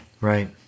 Right